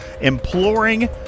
imploring